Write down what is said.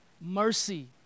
Mercy